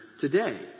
today